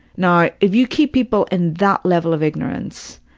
now, if you keep people in that level of ignorance,